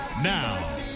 Now